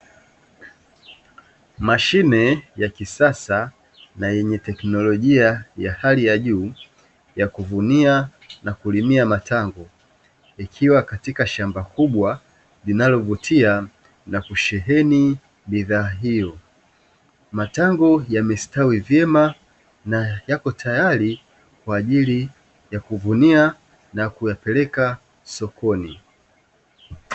Mashine ya kisasa na yenye teknolojia ya hali ya juu ya kuvunia na kulimia matango, ikiwa katika shamba kubwa linalovutia na kusheheni bidhaa hiyo. Matango yamestawi vyema na yako tayari kwa ajili ya kuvuna na kuyapeleka sokoni.